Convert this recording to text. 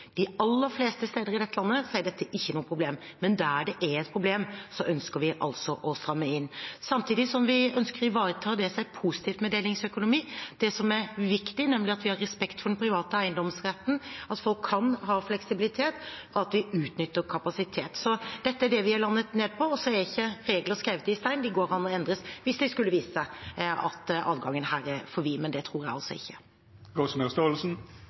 De aller fleste steder i landet er ikke dette noe problem, men der det er et problem, ønsker vi altså å stramme inn. Samtidig ønsker vi å ivareta det som er positivt med delingsøkonomien, det som er viktig, nemlig at vi har respekt for den private eiendomsretten, at folk kan ha fleksibilitet, og at vi utnytter kapasitet. Dette er det vi har landet på. Regler er ikke hugget i stein; de kan endres hvis det skulle vise seg at adgangen her er for vid, men det tror jeg altså ikke.